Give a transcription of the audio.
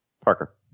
Parker